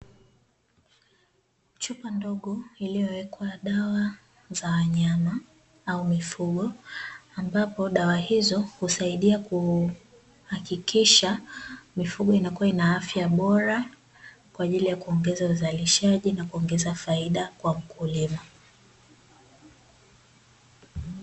Chupa ndogo iliyowekwa dawa za wanyama au mifugo, ambapo dawa hizo husaidia kuhakikisha mifugo inakua ina afya bora, kwaajili ya kuongeza uzalishaji na kuongeza faida kwa mkulima.